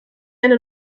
eine